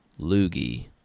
loogie